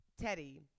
Teddy